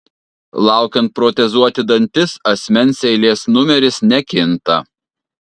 laukiant protezuoti dantis asmens eilės numeris nekinta